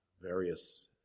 various